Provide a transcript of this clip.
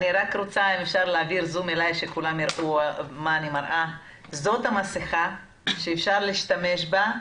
אני רוצה להראות לכם את המסכה שאפשר להשתמש בה.